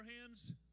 hands